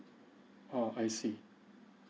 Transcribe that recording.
ah I see